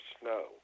snow